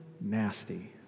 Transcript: nasty